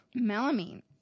Melamine